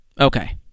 okay